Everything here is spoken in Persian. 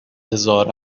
هزار